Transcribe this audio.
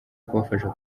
kubafasha